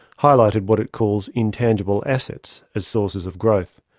highlighted what it calls intangible assets as sources of growth.